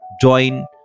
Join